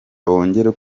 bongere